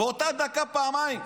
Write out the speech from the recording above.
באותה דקה פעמיים.